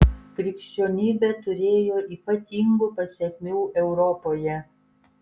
krikščionybė turėjo ypatingų pasekmių europoje